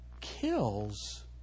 kills